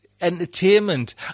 Entertainment